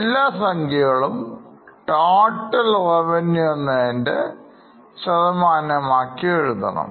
എല്ലാ സംഖ്യകളും Total Revenue എന്നതിൻറെ ശതമാനമാക്കി എഴുതണം